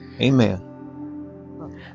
Amen